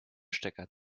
stecker